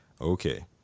Okay